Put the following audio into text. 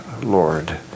Lord